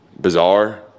bizarre